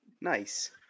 nice